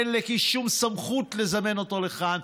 אין לקיש שום סמכות לזמן אותו לכאן.